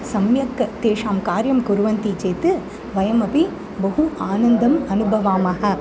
सम्यक् तेषां कार्यं कुर्वन्ति चेत् वयमपि बहु आनन्दम् अनुभवामः